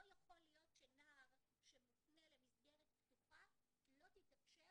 לא יכול להיות שנער שמופנה למסגרת פתוחה לא תתאפשר